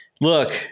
Look